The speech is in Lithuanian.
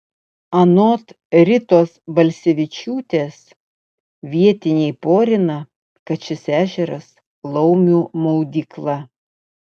anot ritos balsevičiūtės vietiniai porina kad šis ežeras laumių maudykla